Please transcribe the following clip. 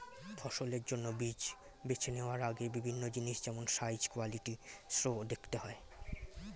ফসলের জন্য বীজ বেছে নেওয়ার আগে বিভিন্ন জিনিস যেমন সাইজ, কোয়ালিটি সো দেখতে হয়